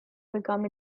become